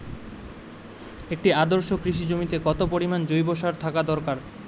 একটি আদর্শ কৃষি জমিতে কত পরিমাণ জৈব সার থাকা দরকার?